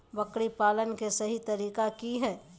बकरी पालन के सही तरीका की हय?